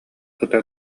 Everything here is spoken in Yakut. ыта